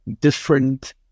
different